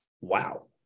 Wow